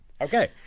Okay